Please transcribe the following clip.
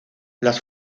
las